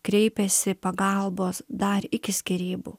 kreipiasi pagalbos dar iki skyrybų